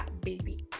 baby